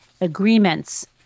agreements